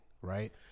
right